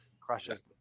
crushes